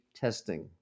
testing